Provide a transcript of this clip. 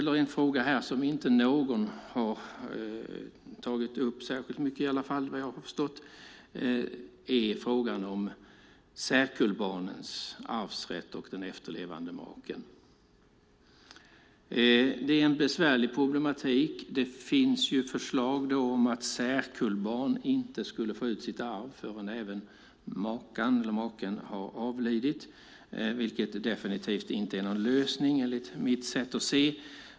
En fråga som inte någon har tagit upp särskilt mycket, vad jag har förstått, är frågan om särkullbarnens arvsrätt och den efterlevande maken. Det är en besvärlig problematik. Det finns förslag om att särkullbarn inte skulle få ut sitt arv förrän även makan eller maken har avlidit, vilket definitivt inte är någon lösning enligt mitt sätt att se.